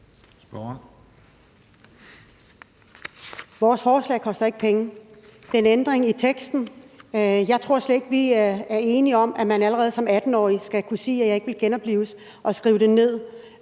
Vores forslag koster ikke penge. Det er en ændring i teksten. Jeg tror slet ikke, vi er enige om, at man allerede som 18-årig skal kunne sige og skrive det ned,